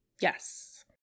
Yes